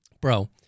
bro